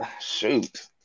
shoot